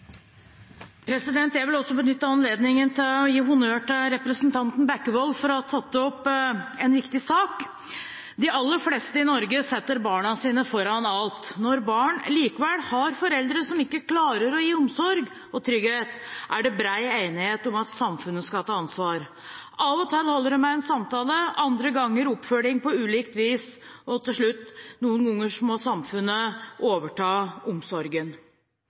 Jeg vil også benytte anledningen til å gi honnør til representanten Bekkevold for å ha tatt opp en viktig sak. De aller fleste i Norge setter barna sine foran alt. Når barn likevel har foreldre som ikke klarer å gi omsorg og trygghet, er det bred enighet om at samfunnet skal ta ansvar. Av og til holder det med en samtale, andre ganger oppfølging på ulikt vis – og til slutt: Noen ganger må samfunnet overta omsorgen.